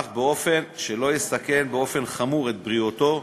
אך באופן שלא יסכן באופן חמור את בריאותו,